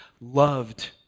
loved